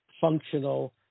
functional